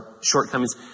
shortcomings